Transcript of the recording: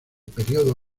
período